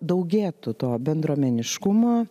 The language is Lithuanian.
daugėtų to bendruomeniškumo